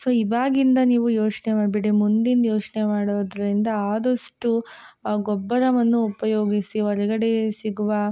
so ಇವಾಗಿಂದು ನೀವು ಯೋಚನೆ ಮಾಡಬೇಡಿ ಮುಂದಿನದು ಯೋಚನೆ ಮಾಡೋದರಿಂದ ಆದಷ್ಟು ಗೊಬ್ಬರವನ್ನು ಉಪಯೋಗಿಸಿ ಹೊರ್ಗಡೆ ಸಿಗುವ